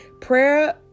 Prayer